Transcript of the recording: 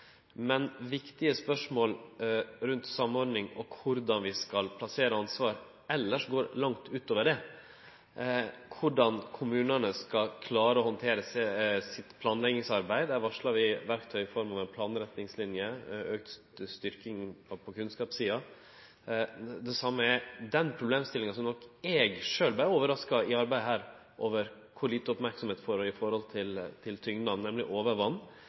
Men viktige spørsmål rundt samordning og korleis vi skal plassere ansvar elles, går langt utover det. Når det gjeld korleis kommunane skal klare å handtere sitt planleggingsarbeid, varsla vi verktøy for nokre planretningslinjer og auka styrking på kunnskapssida. Den problemstillinga som eg nok sjølv blei overraska over i arbeidet her, var kor lite merksemd det var på mengda overvatn. Det er eit akutt behov for å